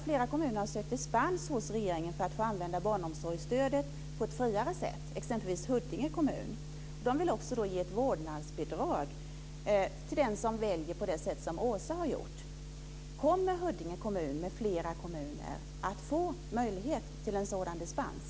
Flera kommuner har sökt dispens hos regeringen för att få använda barnomsorgsstödet på ett friare sätt, exempelvis Huddinge kommun. Där vill man också ge ett vårdnadsbidrag till den som väljer på det sätt som Åsa har gjort. Kommer Huddinge kommun m.fl. kommuner att få möjlighet till en sådan dispens?